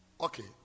okay